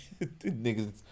niggas